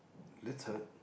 litted